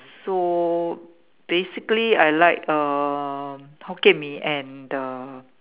so basically I like uh Hokkien Mee and the